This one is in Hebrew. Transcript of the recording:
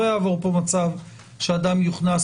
לא יעבור מצב שאדם יוכנס